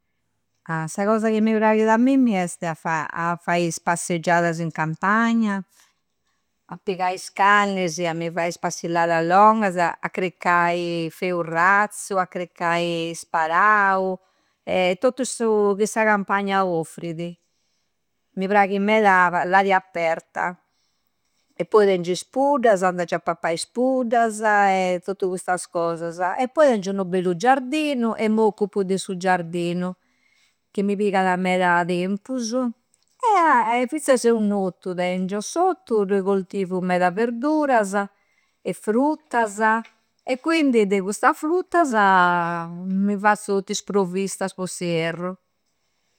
Ah! Sa cosa chi mi praghidi a mimmi este a fa. A fai is passeggiadasa in campagna, a pigai is cannisi, a mi fai is passillada longasa a criccai feurrazzu, a criccai sparau tottu su chi sa campagna offridi. Mi praghi meda l'aria aperta. E poi tengiu is puddasa, andu a giai a pappai a is puddasa e tottu custas cosasa. E poi tengiu unu bellu giardinu e m'occuppu de su giardinu, chi mi pigada meda tempusu. E a. E finzasa un ottu tengiu. S'ottu dui coltivu meda verdurasa e fruttasa. E quindi de custa fruttasa mi fazzu tottu is provvistasa po s'ierru.